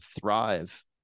thrive